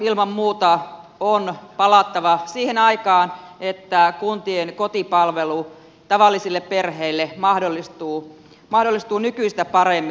ilman muuta on palattava siihen aikaan että kuntien kotipalvelu tavallisille perheille mahdollistuu nykyistä paremmin